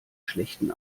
schlechten